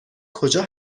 کجا